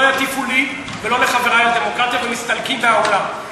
לא יטיפו לי ולא לחברי על דמוקרטיה ומסתלקים מהאולם.